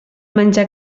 menjar